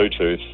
Bluetooth